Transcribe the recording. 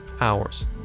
hours